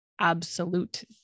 absolute